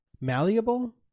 malleable